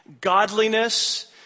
godliness